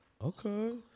Okay